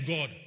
God